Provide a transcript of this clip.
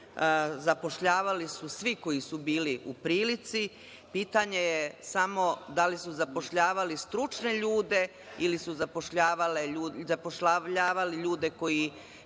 demagogijom. Zapošljavali su svi koji su bili u prilici, pitanje je samo da li su zapošljavali stručne ljude, ili su zapošljavali ljude čija